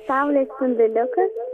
saulės spinduliukas